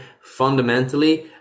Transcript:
fundamentally